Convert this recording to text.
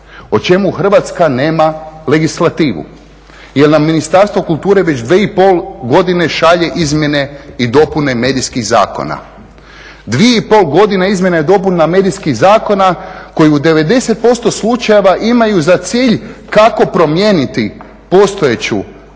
o čemu Hrvatska nema legislativu jer nam Ministarstvo kulture već 2,5 godine šalje izmjene i dopune medijskih zakona. 2,5 godine izmjena i dopuna medijskih zakona koji u 90% slučajeva imaju za cilj kako promijeniti postojeću